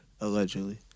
allegedly